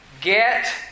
get